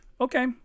okay